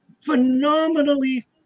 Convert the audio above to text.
Phenomenally